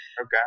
Okay